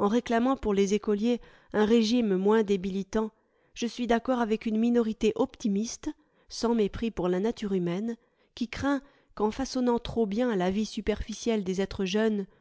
en réclamant pour les écoliers un régime moins débilitant je suis d'accord avec une minorité optimiste sans mépris pour la nature humaine qui craint qu'en façonnant trop bien la vie superficielle des êtres jeunes